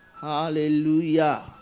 Hallelujah